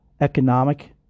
economic